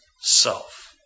self